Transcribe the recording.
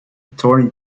attorney